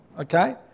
Okay